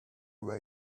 where